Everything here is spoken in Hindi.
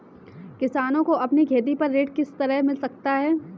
किसानों को अपनी खेती पर ऋण किस तरह मिल सकता है?